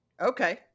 Okay